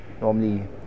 normally